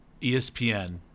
ESPN